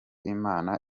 imana